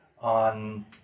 on